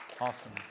Awesome